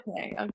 okay